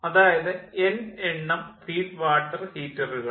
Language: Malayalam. അതായത് എൻ എണ്ണം ഫീഡ് വാട്ടർ ഹീറ്ററുകൾ